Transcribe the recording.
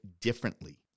differently